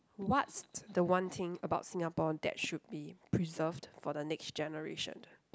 what's the one thing about Singapore that should be preserved for the next generation